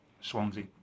Swansea